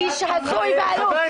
איש הזוי ועלוב.